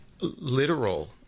literal